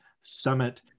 Summit